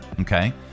Okay